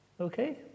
Okay